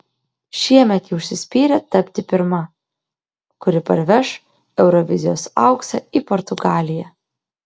šiemet ji užsispyrė tapti pirma kuri parveš eurovizijos auksą į portugaliją